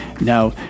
now